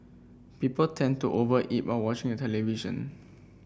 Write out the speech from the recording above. people tend to over eat while watching the television